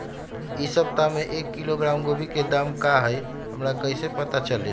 इ सप्ताह में एक किलोग्राम गोभी के दाम का हई हमरा कईसे पता चली?